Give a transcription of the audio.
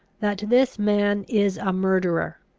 that this man is a murderer,